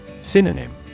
synonym